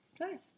Nice